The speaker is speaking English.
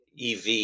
EV